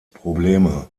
probleme